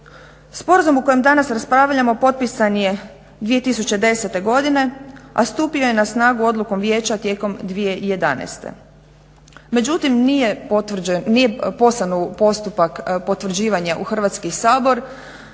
Sporazum o kojem danas raspravljamo potpisan je 2010. godine, a stupio je na snagu odlukom vijeća tijekom 2011. Međutim, nije poslan u postupak potvrđivanja u Hrvatski sabor